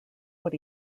what